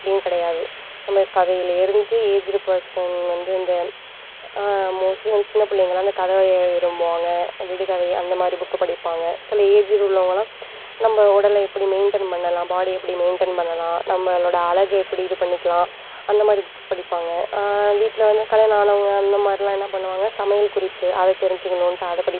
அப்படின்னு கிடையாது நம்ம கதையிலருந்து ஏஜ்டு பர்சன் வந்து இந்த மோஸ்ட்லி வந்து சின்ன பிள்ளைங்களாம் இந்த கதை விரும்புவாங்க விடுகதை அந்த மாதிரி புக்கு படிப்பாங்க சில ஏஜ்டு உள்ளவங்களாம் நம்ப உடலை எப்படி மெயின்டெயின் பண்ணலாம் பாடியை எப்படி மெயின்டெயின் பண்ணலாம் நம்மளோட அழகை எப்படி இது பண்ணிக்கலாம் அந்த மாதிரி புக்ஸ் படிப்பாங்க வீட்டில் வந்து கல்யாணம் ஆனவங்க அந்த மாதிரிலாம் என்ன பண்ணுவாங்க சமையல் குறிப்பு அதை தெரிஞ்சிக்கணுன்ட்டு அதை படிப்பாங்க